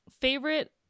Favorite